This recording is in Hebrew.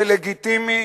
זה לגיטימי.